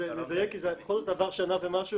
כי בכל זאת עברה שנה ומשהו